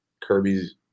Kirby's